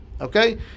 Okay